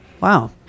wow